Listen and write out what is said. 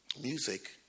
Music